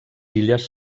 illes